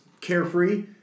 carefree